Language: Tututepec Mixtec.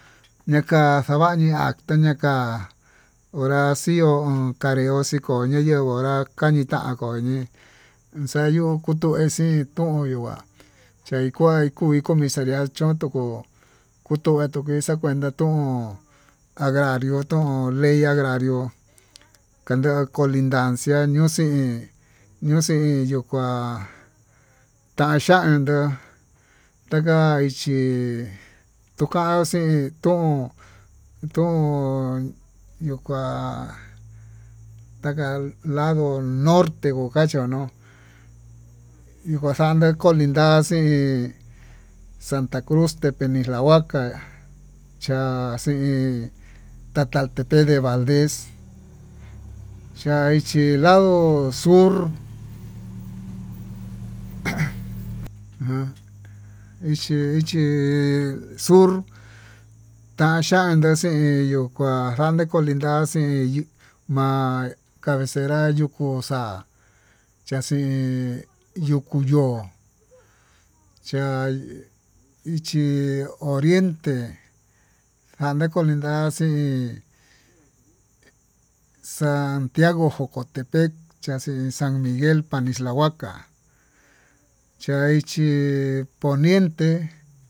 Ñaka xañii ñaka hora xii ho o on konrioxi nona yengui, hora kañitán koñii xayo'ó kutuu exii tón nuyukua chekuai kuui comisaria chón tukuu kutuu enxakueki kuatan tón, agrariótón ley agrario cuenta kolintancia kuxin ñuuxin yuu kuá kachandó cuenta ixhí tokan xiin tón, tón yukuan taka lado norte okachio no'ó ikuataxin kolintaxin hi santa cruz tepenixlahuaca cha'a xin tatatelpec de valdez chai chí ado sur ujun an ichi ichi sur, tanxhianda xhin yiyuu kuá kuande colinta xin ma'a cabezera yukuu xa'a, chaxin yukuu yo'ó chaí ichí oriente xali conlinta xii santiago focotepec, chaxii san miguel panixtahuaca chaichí poniente.